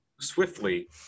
swiftly